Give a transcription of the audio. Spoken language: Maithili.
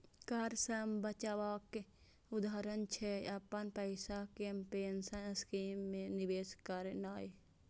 कर सं बचावक उदाहरण छियै, अपन पैसा कें पेंशन स्कीम मे निवेश करनाय